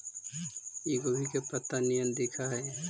इ गोभी के पतत्ता निअन दिखऽ हइ